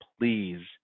please